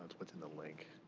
it's but in the link.